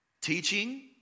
Teaching